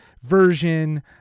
version